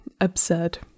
absurd